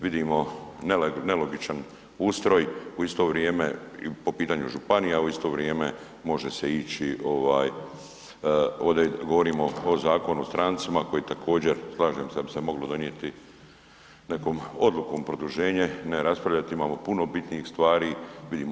Vidimo nelogičan ustroj u isto vrijeme po pitanju županija, a u isto vrijeme može se ići ovaj, ovde govorimo o Zakonu o strancima koji također, slažem se da bi se moglo donijeti nekom odlukom produženje, ne raspravljati, imamo puno bitnijih stvari, vidimo